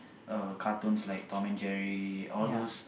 uh cartoons like Tom-and-Jerry all those